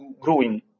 growing